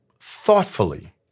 thoughtfully